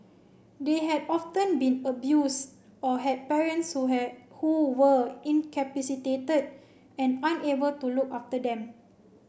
they had often been abuse or had parents who had who were incapacitated and unable to look after them